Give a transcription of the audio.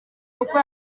uko